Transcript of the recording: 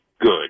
good